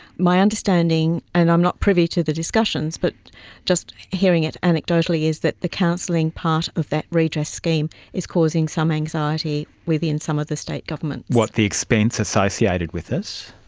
my understanding, and i'm not privy to the discussions, but just hearing it anecdotally, is that the counselling part of that redress scheme is causing some anxiety within some of the state governments. what, the expense associated with it?